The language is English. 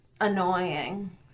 Annoying